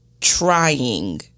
trying